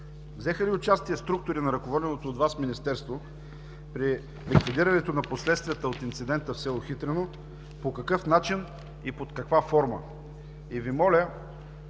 взеха ли участие структурите на ръководеното от Вас Министерство при ликвидирането на последствията от инцидента в село Хитрино, по какъв начин и под каква форма?